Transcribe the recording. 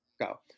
go